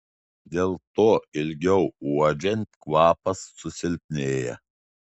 dėl to ilgiau uodžiant kvapas susilpnėja